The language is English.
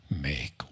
Make